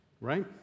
Right